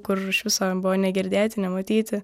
kur iš viso buvo negirdėti nematyti